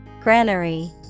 granary